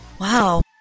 Wow